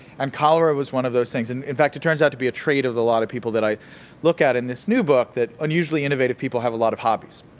and cholera was one of those things. in in fact, it turns out to be a trait of a lot of people that i look at in this new book that unusually innovative people have a lot of hobbies.